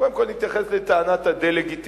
קודם כול, להתייחס לטענת הדה-לגיטימציה.